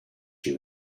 you